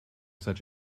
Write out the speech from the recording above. such